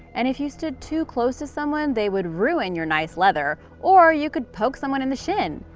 and if you stood too close to someone they would ruin your nice leather, or you could poke someone in the shin.